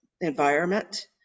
environment